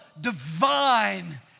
divine